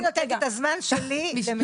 אפרת, אני נותנת את הזמן שלי למיכל.